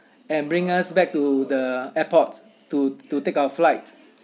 and bring us back to the airport to to take our flight